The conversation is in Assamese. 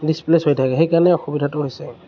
ডিছপ্লেচ হৈ থাকে সেইকাৰণে অসুবিধাটো হৈছে